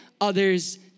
others